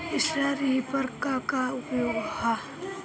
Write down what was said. Straw reaper क का उपयोग ह?